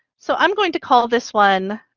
so i'm going to call this one,